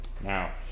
Now